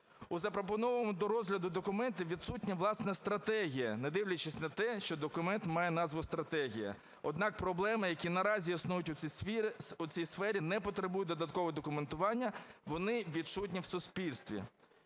У запропонованому до розгляду документі відсутня, власне, стратегія, не дивлячись на те, що документ має назву стратегія. Однак проблеми, які наразі існують в цій сфері, не потребують додаткового документування, вони відсутні в суспільстві.